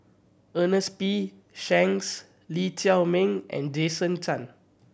Ernest P Shanks Lee Chiaw Meng and Jason Chan